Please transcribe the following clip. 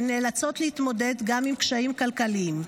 הן נאלצות להתמודד גם עם קשיים כלכליים.